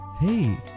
hey